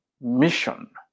mission